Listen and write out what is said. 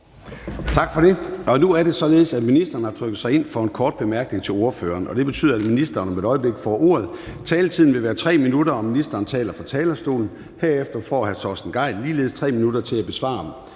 Tak for det. Og nu er det således, at ministeren har trykket sig ind for at komme med en bemærkning til ordføreren, og det betyder, at ministeren om et øjeblik får ordet. Taletiden vil være 3 minutter, og ministeren taler fra talerstolen. Herefter får hr. Torsten Gejl ligeledes 3 minutter til at besvare